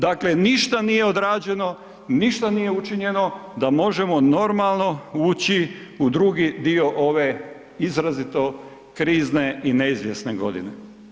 Dakle ništa nije odrađeno, ništa nije učinjeno da možemo normalno ući u drugi dio ove izrazito krizne i neizvjesne godine.